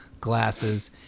glasses